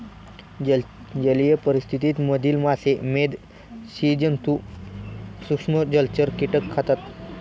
जलीय परिस्थिति मधील मासे, मेध, स्सि जन्तु, सूक्ष्म जलचर, कीटक खातात